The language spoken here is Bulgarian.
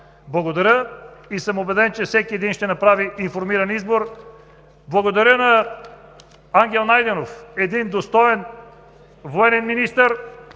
Благодаря. И съм убеден, че всеки един ще направи информиран избор! Благодаря на Ангел Найденов – един достоен военен министър.